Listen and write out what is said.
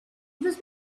was